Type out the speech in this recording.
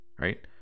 Right